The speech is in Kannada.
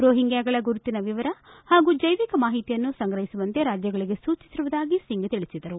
ರೋಹಿಂಗ್ಲಾಗಳ ಗುರುತಿನ ವಿವರ ಹಾಗೂ ಜೈವಿಕ ಮಾಹಿತಿಯನ್ನು ಸಂಗ್ರಹಿಸುವಂತೆ ರಾಜ್ಲಗಳಿಗೆ ಸೂಚಿಸಿರುವುದಾಗಿ ಸಿಂಗ್ ತಿಳಿಸಿದರು